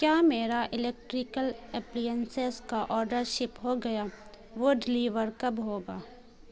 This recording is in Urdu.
کیا میرا الیکٹریکل اپلیئنسس کا آرڈر شپ ہو گیا وہ ڈلیور کب ہوگا